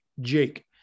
Jake